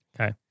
Okay